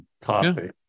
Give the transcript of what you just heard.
topic